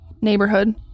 Neighborhood